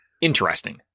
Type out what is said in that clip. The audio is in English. Interesting